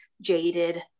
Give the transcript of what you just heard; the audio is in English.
jaded